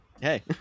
hey